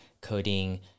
coding